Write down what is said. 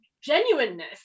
genuineness